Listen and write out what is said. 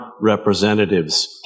representatives